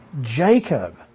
Jacob